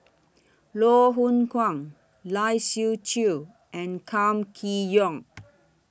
Loh Hoong Kwan Lai Siu Chiu and Kam Kee Yong